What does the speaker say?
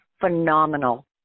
phenomenal